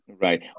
Right